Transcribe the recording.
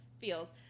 feels